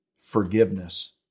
forgiveness